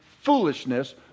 foolishness